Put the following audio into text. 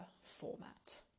format